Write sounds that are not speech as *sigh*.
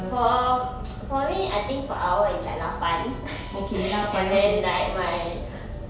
for *noise* for me I think per hour is like lapan *laughs* and then like my